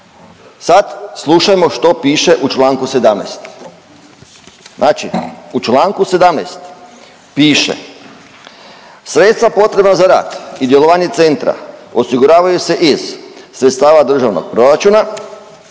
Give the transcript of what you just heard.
Sad slušajmo što piše u članku 17. Znači u članku 17. piše: „Sredstva potrebna za rad i djelovanje centra osiguravaju se iz sredstava državnog proračuna,